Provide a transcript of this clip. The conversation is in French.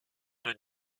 peut